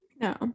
No